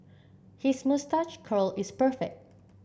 his moustache curl is perfect